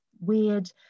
weird